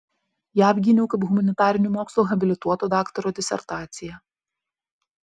ją apgyniau kaip humanitarinių mokslų habilituoto daktaro disertaciją